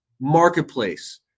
marketplace